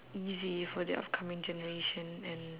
easy for the upcoming generation and